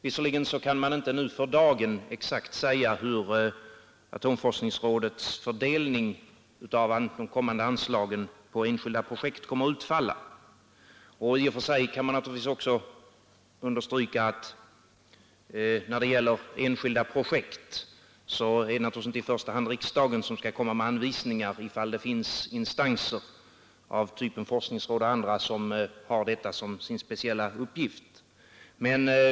Visserligen kan man inte för dagen exakt säga hur atomforskningsrådets fördelning av kommande anslag till enskilda projekt kommer att utfalla. I och för sig kan man naturligtvis också understryka att det när det gäller enskilda projekt givetvis inte i första hand är riksdagen som skall komma med anvisningar, om det finns instanser av typen forskningsrådet och liknande som har detta som sin speciella uppgift.